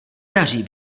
daří